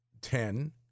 ten